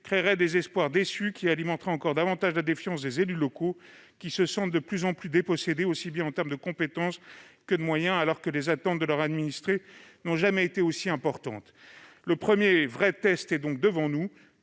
créerait des espoirs déçus, qui alimenteraient encore davantage la défiance d'élus locaux se sentant de plus en plus dépossédés, aussi bien en termes de compétences que de moyens, alors que les attentes de leurs administrés n'ont jamais été aussi importantes. Le premier vrai test est donc devant nous.